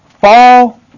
fall